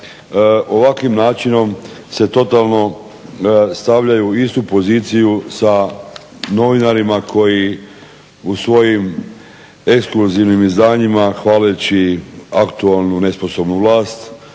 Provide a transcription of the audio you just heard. ovakvim načinom se totalno stavljaju u istu poziciju sa novinarima koji u svojim ekskluzivnim izdanjima hvaleći aktualnu nesposobnu vlast